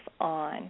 on